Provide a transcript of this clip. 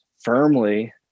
firmly